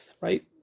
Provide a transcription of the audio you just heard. right